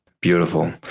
Beautiful